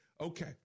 Okay